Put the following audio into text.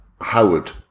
Howard